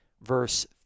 verse